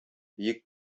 биек